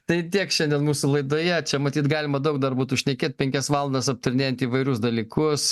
tai tiek šiandien mūsų laidoje čia matyt galima daug dar būtų šnekėt penkias valandas aptarinėjant įvairius dalykus